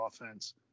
offense